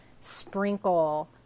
sprinkle